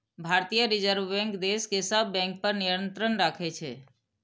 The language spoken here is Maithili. भारतीय रिजर्व बैंक देश के सब बैंक पर नियंत्रण राखै छै